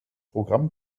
programm